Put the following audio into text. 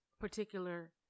particular